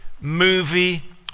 movie